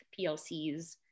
PLCs